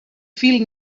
fil